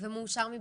ומאושר מבחוץ,